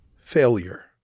failure